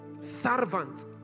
Servant